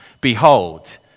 Behold